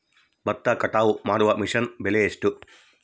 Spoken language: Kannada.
ಭತ್ತ ಕಟಾವು ಮಾಡುವ ಮಿಷನ್ ಬೆಲೆ ಎಷ್ಟು?